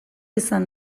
izan